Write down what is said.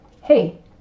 hey